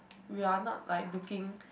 we're not like looking